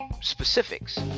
specifics